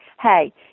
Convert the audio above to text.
hey